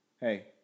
Hey